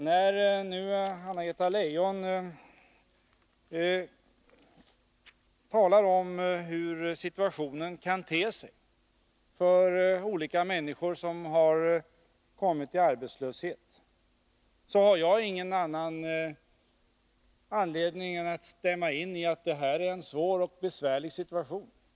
När nu Anna-Greta Leijon talar om hur situationen kan te sig för människor som har kommit i arbetslöshet, har jag ingen anledning att göra annat än stämma in i att det är en svår och besvärlig situation.